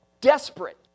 desperate